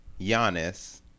Giannis